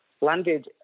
landed